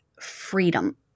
freedom